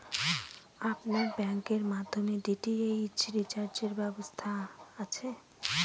আপনার ব্যাংকের মাধ্যমে ডি.টি.এইচ রিচার্জের ব্যবস্থা আছে?